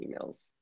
emails